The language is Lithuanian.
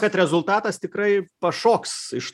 kad rezultatas tikrai pašoks iš